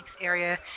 area